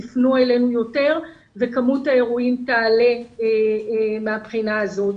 יפנו אלינו יותר וכמות האירועים תעלה מהבחינה הזאת.